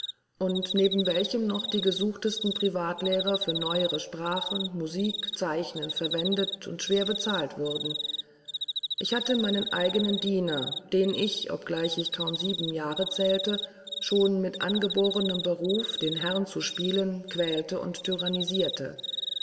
und neben welchem noch die gesuchtesten privatlehrer für neuere sprachen musik zeichnen verwendet und schwer bezahlt wurden ich hatte meinen eigenen diener den ich obgleich ich kaum sieben jahre zählte schon mit angeborenem beruf den herrn zu spielen quälte und